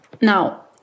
now